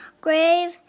grave